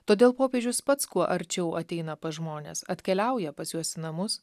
todėl popiežius pats kuo arčiau ateina pas žmones atkeliauja pas juos į namus